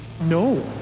No